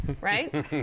right